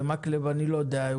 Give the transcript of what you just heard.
ומקלב אני לא יודע.